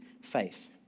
faith